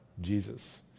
Jesus